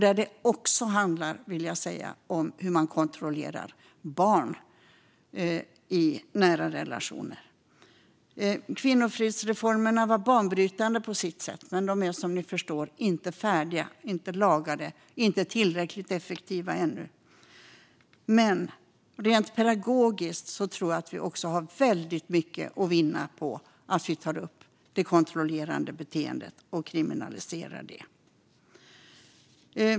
Det handlar också om hur man kontrollerar barn i nära relationer, vill jag säga. Kvinnofridsreformerna var banbrytande på sitt sätt, men de är som ni förstår inte färdiga. De är inte lagade och inte tillräckligt effektiva ännu. Rent pedagogiskt tror jag dock att vi har väldigt mycket att vinna på att vi tar upp det kontrollerande beteendet och kriminaliserar det.